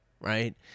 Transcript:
right